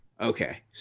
Okay